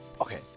Okay